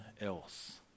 else